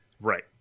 Right